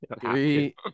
Three